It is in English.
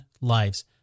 lives